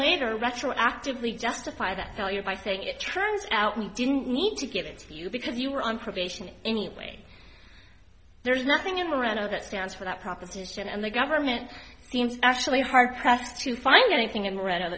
later retroactively justify that value by saying it turns out we didn't need to give it to you because you were on probation anyway there's nothing in miranda that stands for that proposition and the government seems actually hard pressed to find anything in the read o